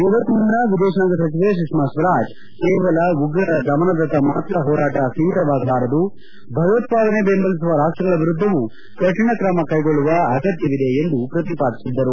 ಇದಕ್ಕೂ ಮುನ್ನ ವಿದೇತಾಂಗ ಸಚಿವೆ ಸುಷ್ನಾ ಸ್ವರಾಜ್ ಕೇವಲ ಉಗ್ರರ ದಮನದತ್ತ ಮಾತ್ರ ಹೋರಾಟ ಒೀಮಿತವಾಗಬಾರದು ಭಯೋತ್ಪಾದನೆ ಬೆಂಬಲಿಸುವ ರಾಷ್ಷಗಳ ವಿರುದ್ಧವೂ ಕಠಿಣ ಕ್ರಮ ಕೈಗೊಳ್ಳುವ ಅಗತ್ಯವಿದೆ ಎಂದು ಪ್ರತಿಪಾದಿಸಿದ್ದರು